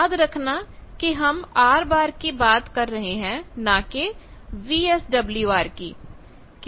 याद रखना कि हम R की बात कर रहे हैं ना कि वीएसडब्ल्यूआर की